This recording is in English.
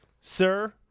Sir